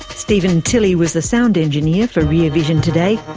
steven tilley was the sound engineer for rear vision today.